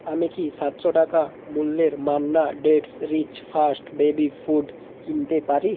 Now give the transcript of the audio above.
আমি কি সাতশো টাকা মূল্যের Manna dates rich first baby food কিনতে পারি